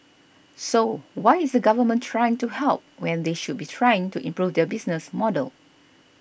so why is the Government trying to help when they should be trying to improve their business model